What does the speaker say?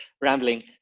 rambling